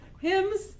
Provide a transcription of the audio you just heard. hymns